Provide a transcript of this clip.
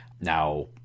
Now